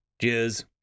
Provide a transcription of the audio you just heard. Cheers